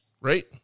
right